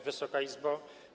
Wysoka Izbo!